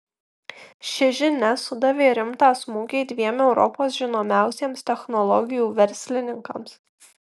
ši žinia sudavė rimtą smūgį dviem europos žinomiausiems technologijų verslininkams